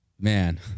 man